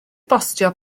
bostio